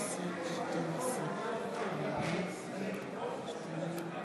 גזענות ואלימות קשה כלפיהם,